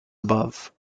above